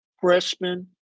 freshman